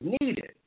needed